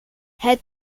het